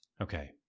Okay